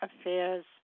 affairs